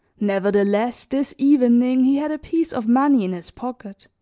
nevertheless, this evening he had a piece of money in his pocket,